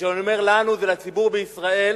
כשאני אומר לנו, זה לציבור בישראל